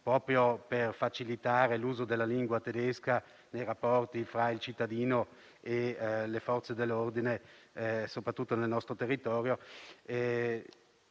proprio per facilitare l'uso della lingua tedesca nei rapporti fra il cittadino e le Forze dell'ordine, soprattutto nel nostro territorio.